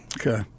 Okay